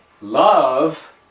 Love